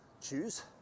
choose